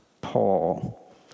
Paul